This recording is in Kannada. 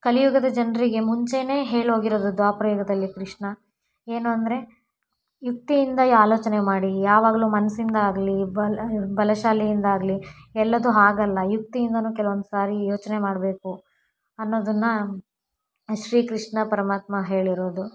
ಕಲಿಯುಗದ ಜನರಿಗೆ ಮುಂಚೆನೇ ಹೇಳಿ ಹೋಗಿರೋದು ದ್ವಾಪರ ಯುಗದಲ್ಲಿ ಕೃಷ್ಣ ಏನು ಅಂದರೆ ಯುಕ್ತಿಯಿಂದ ಆಲೋಚನೆ ಮಾಡಿ ಯಾವಾಗಲೂ ಮನಸ್ಸಿಂದ ಆಗಲಿ ಬಲ ಬಲಶಾಲಿಯಿಂದ ಆಗಲಿ ಎಲ್ಲವು ಆಗಲ್ಲ ಯುಕ್ತಿಯಿಂದಾನೂ ಕೆಲ್ವೊಂದು ಸಾರಿ ಯೋಚನೆ ಮಾಡಬೇಕು ಅನ್ನೋದನ್ನ ಶ್ರೀಕೃಷ್ಣ ಪರಮಾತ್ಮ ಹೇಳಿರೋದು